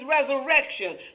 resurrection